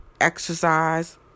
exercise